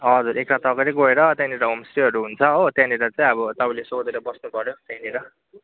हजुर एक रात अगाडि गएर त्यहाँनिर होमस्टेहरू हुन्छ हो त्यहाँनिर चाहिँ अब तपाईँले सोधेर बस्नु पऱ्यो त्यहाँनिर